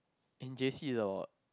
in J_C that was